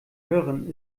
hören